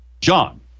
John